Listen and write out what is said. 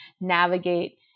navigate